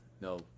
no